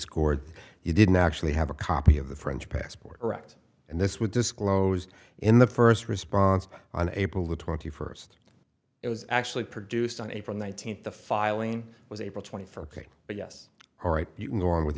scored he didn't actually have a copy of the french passport erect and this was disclosed in the first response on april the twenty first it was actually produced on april nineteenth the filing was april twenty first but yes all right you can go on with